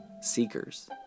seekers